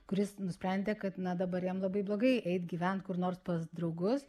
kuris nusprendė kad na dabar jam labai blogai eit gyventi kur nors pas draugus